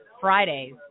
Fridays